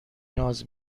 ناز